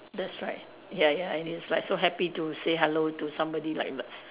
that's right ya ya and he's like so happy to say hello to somebody like that